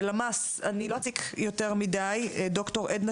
ד"ר עדנה